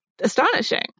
Astonishing